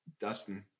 Dustin